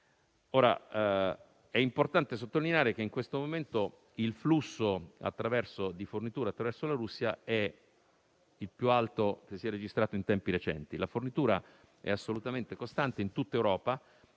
È importante sottolineare che in questo momento il flusso di fornitura attraverso la Russia è il più alto registrato in tempi recenti. La fornitura è assolutamente costante in tutta Europa;